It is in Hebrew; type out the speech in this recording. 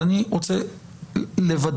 אבל אני רוצה לוודא